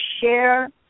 share